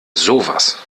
sowas